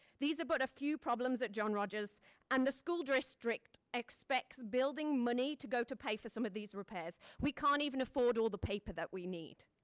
these are but a few problems at john rogers and the school district expects building money to go to pay for some of these repairs. we can't even afford all the paper that we need.